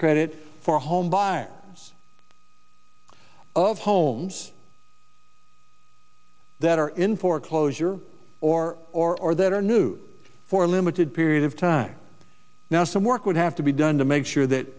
credit for home by of homes that are in foreclosure or or or that are new for a limited period of time now some work would have to be done to make sure that